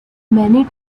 many